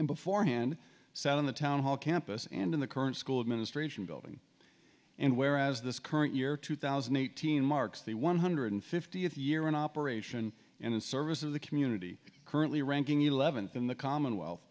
and beforehand said in the town hall campus and in the current school administration building and whereas this current year two thousand and eighteen marks the one hundred fiftieth year in operation and service of the community currently ranking eleventh in the commonwealth